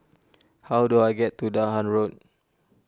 how do I get to Dahan Road